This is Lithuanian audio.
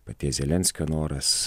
paties zelenskio noras